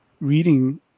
reading